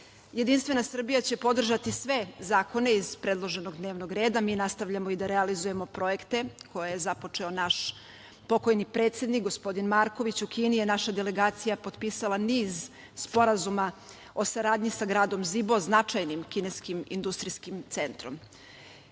400%.Jedinstvena Srbija će podržati sve zakone iz predloženog dnevnog reda. Mi nastavljamo da realizujemo projekte koje je započeo naš pokojni predsednik gospodin Marković. U Kini je naša delegacija potpisala niz sporazuma o saradnji sa gradom Zibo, značajnim kineskim industrijskim centrom. Složiću